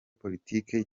politique